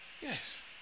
Yes